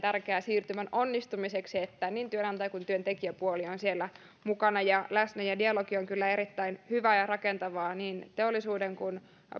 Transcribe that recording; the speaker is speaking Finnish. tärkeä siirtymän onnistumiseksi että niin työnantaja kuin työntekijäpuoli on siellä mukana ja läsnä dialogi on kyllä erittäin hyvää ja rakentavaa niin teollisuuden kuin